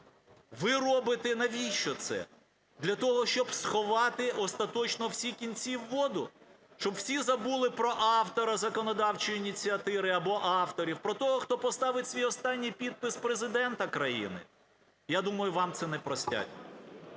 Ви робите навіщо це? Для того, щоб сховати остаточно всі кінці в воду, щоб всі забули про автора законодавчої ініціативи або авторів, про того, хто поставить свій останній підпис, Президента країни? Я думаю, вам це не простять.